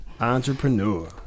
Entrepreneur